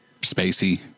spacey